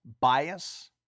bias